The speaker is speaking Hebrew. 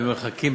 במרחקים,